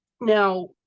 Now